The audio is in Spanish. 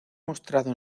mostrado